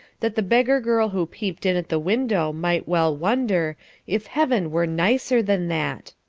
that the beggar-girl who peeped in at the window might well wonder if heaven were nicer than that.